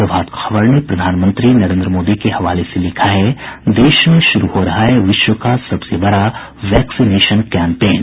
प्रभात खबर ने प्रधानमंत्री नरेन्द्र मोदी के हवाले से लिखा है देश में शुरू हो रहा है विश्व का सबसे बड़ा वैक्सीनेशन केंपेन